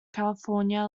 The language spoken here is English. california